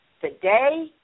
Today